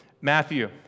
Matthew